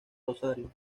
rosario